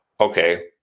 okay